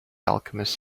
alchemist